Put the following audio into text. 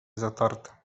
zatarte